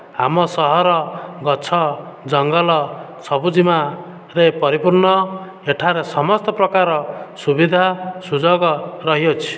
ଆମ ସହର ଗଛ ଜଙ୍ଗଲ ସବୁଜିମାରେ ପରିପୂର୍ଣ୍ଣ ଏଠାରେ ସମସ୍ତ ପ୍ରକାର ସୁବିଧା ସୁଯୋଗ ରହିଅଛି